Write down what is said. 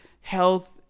health